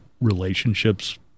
relationships